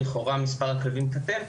לכאורה מספר הכלבים קטן,